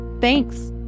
Thanks